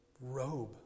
robe